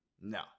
No